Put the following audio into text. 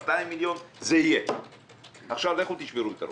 200 מיליון זה יהיה ועכשיו לכו תשברו את הראש.